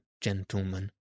gentlemen